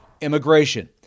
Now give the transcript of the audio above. Immigration